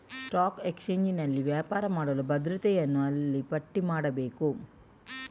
stock ಎಕ್ಸ್ಚೇಂಜಿನಲ್ಲಿ ವ್ಯಾಪಾರ ಮಾಡಲು ಭದ್ರತೆಯನ್ನು ಅಲ್ಲಿ ಪಟ್ಟಿ ಮಾಡಬೇಕು